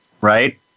right